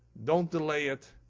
don't delay it.